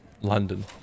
London